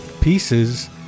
pieces